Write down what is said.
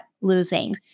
losing